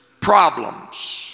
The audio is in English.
problems